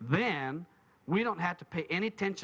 then we don't have to pay any attention